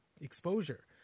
exposure